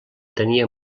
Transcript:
tenia